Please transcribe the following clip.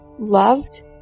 loved